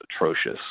atrocious